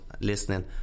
listening